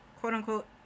quote-unquote